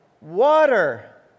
water